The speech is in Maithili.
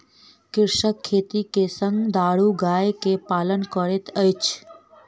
कृषक खेती के संग अपन दुधारू गाय के पालन करैत अछि